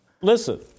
Listen